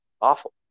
Awful